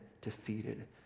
defeated